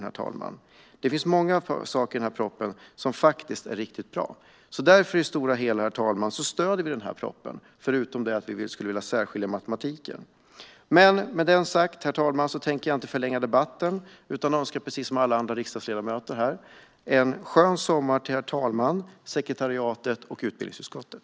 Det finns faktiskt många saker i propositionen som är riktigt bra. På det stora hela stöder vi den därför, förutom att vi vill särskilja matematiken. Med detta sagt vill jag inte förlänga debatten utan önskar precis som alla andra riksdagsledamöter här en skön sommar till herr talmannen, sekretariatet och utbildningsutskottet.